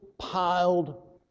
piled